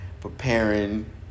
preparing